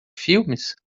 filmes